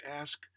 ask